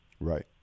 Right